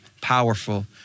powerful